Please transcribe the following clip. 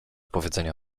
powiedzenia